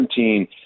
2017